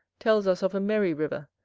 tells us of a merry river,